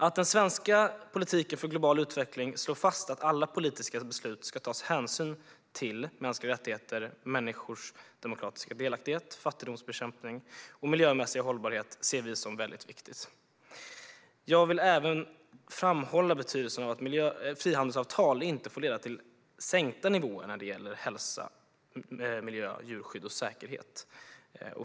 Att den svenska politiken för global utveckling slår fast att alla politiska beslut ska ta hänsyn till mänskliga rättigheter, människors demokratiska delaktighet, fattigdomsbekämpning och miljömässig hållbarhet ser vi som väldigt viktigt. Jag vill även framhålla betydelsen av att frihandelsavtal inte får leda till sänkta nivåer när det gäller hälsa, miljö, djurskydd och säkerhet.